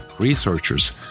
Researchers